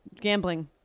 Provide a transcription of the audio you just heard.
Gambling